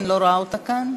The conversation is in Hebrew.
בבקשה,